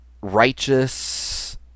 Righteous